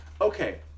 Okay